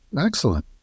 excellent